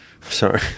Sorry